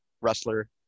wrestler